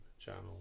channel